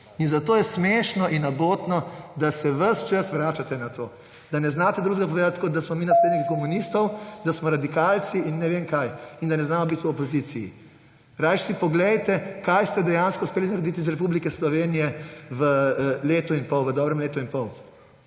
Zato je smešno in abotno, da se ves čas vračate na to, da ne znate drugega povedati, kot da smo mi nasledniki komunistov, da smo radikalci in ne vem kaj, da ne znamo biti v opoziciji. Rajši si poglejte, kaj ste dejansko uspeli narediti iz Republike Slovenije v dobrem letu in pol: